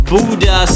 Buddha